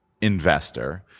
investor